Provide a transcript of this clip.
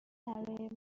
برای